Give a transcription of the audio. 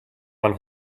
one